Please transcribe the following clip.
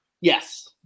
Yes